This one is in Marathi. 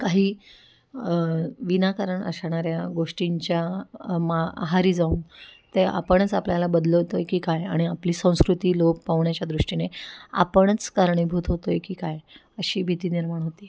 काही विनाकारण असणाऱ्या गोष्टींच्या मा आहारी जाऊन ते आपणच आपल्याला बदलवतो आहे की काय आणि आपली संस्कृती लोप पावण्याच्या दृष्टीने आपणच कारणीभूत होतो आहे की काय अशी भीती निर्माण होते आहे